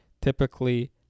typically